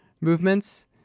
movements